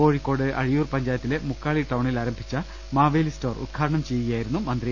കോഴിക്കോട് അഴിയൂർ പഞ്ചായത്തിലെ മുക്കാളി ടൌണിൽ ആരംഭിച്ച മാവേലി സ്റ്റോർ ഉദ്ഘാടനം ചെയ്ത് സംസാരിക്കുകയായിരുന്നു മന്ത്രി